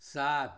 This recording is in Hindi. सात